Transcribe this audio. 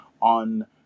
on